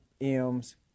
M's